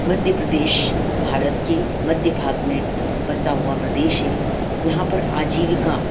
मध्य प्रेदश भारत के मध्य भाग में बसा हुआ प्रदेश है यहाँ पर आजीविका